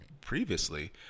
previously